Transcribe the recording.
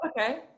Okay